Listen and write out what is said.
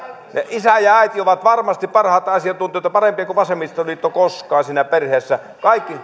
isä ja äiti ovat varmasti parhaita asiantuntijoita parempia kuin vasemmistoliitto koskaan siinä perheessä